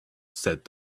said